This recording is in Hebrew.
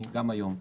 היום.